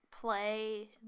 play